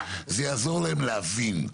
זה יעזור להם להבין,